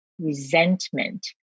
resentment